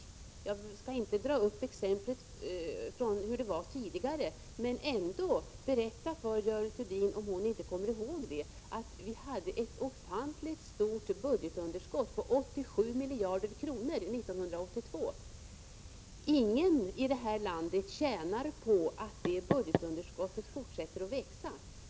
Jag skall inte dra upp exemplen från hur det var tidigare, men ändå berätta för Görel Thurdin, om hon inte kommer ihåg det, att vi hade ett ofantligt stort budgetunderskott, 87 miljarder kronor, år 1982. Ingen i detta land tjänar på att budgetunderskottet fortsätter att växa.